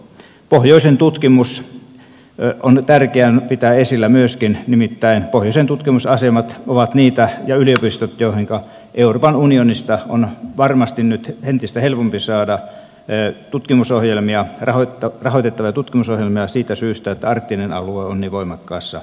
pohjoisen tutkimus on tärkeää pitää esillä myöskin nimittäin pohjoisen tutkimusasemat ja yliopistot ovat niitä joihinka euroopan unionista on varmasti nyt entistä helpompi saada rahoitettavia tutkimusohjelmia siitä syystä että arktinen alue on niin voimakkaassa nousussa